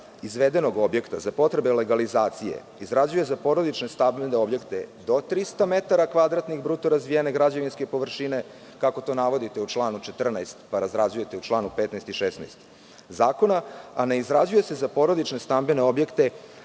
izvedenog objekta za potrebe legalizacije izrađuje za porodične stambene objekte do 300 metara kvadratnih bruto razvijene građevinske površine, kako to navodite u članu 14, pa razrađujete u čl. 15. i 16. zakona, a ne izrađuje se za porodične stambene objekte